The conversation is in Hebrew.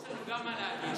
יש לו גם מה להגיד.